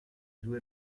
due